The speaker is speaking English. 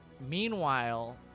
meanwhile